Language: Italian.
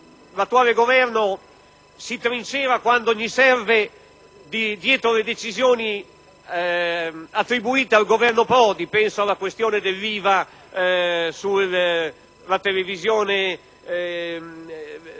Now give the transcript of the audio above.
L'attuale Governo si trincera spesso dietro le decisioni attribuite al Governo Prodi (penso alla questione dell'IVA sulle televisioni,